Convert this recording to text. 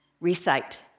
recite